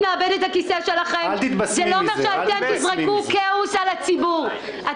לאבד את הכיסא שלכם זה לא אומר שתגרמו לכאוס בציבור.